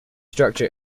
structure